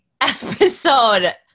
episode